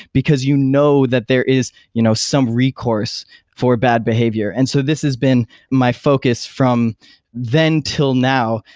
because you know that there is you know some recourse for bad behavior. and so this has been my focus from then till now.